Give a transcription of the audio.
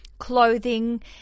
clothing